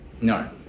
No